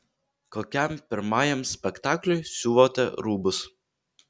kokiam pirmajam spektakliui siuvote rūbus